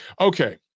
Okay